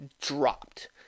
dropped